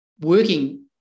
working